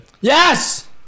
Yes